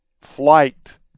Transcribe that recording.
flight